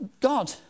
God